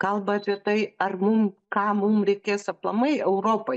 kalba apie tai ar mum ką mum reikės aplamai europai